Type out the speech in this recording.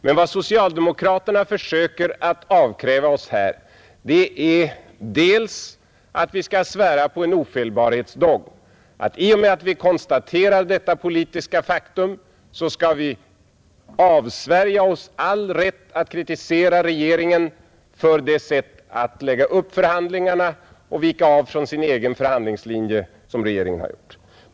Men vad socialdemokraterna försöker avkräva oss här är att vi skall svära på en ofelbarhetsdogm och att vi i och med att vi konstaterar detta politiska faktum skall avsvärja oss all rätt att kritisera regeringen för dess sätt att lägga upp förhandlingarna och vika av från sin egen förhandlingslinje såsom regeringen har gjort.